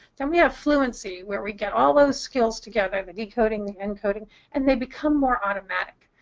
then we have fluency where we get all those skills together the decoding, the encoding and they become more automatic.